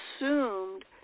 assumed